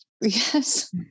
Yes